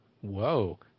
Whoa